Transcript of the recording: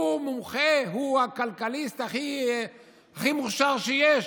הוא מומחה, הוא הכלכליסט הכי מוכשר שיש.